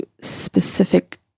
specific